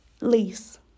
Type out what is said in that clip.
lease